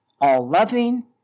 all-loving